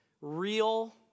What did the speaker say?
real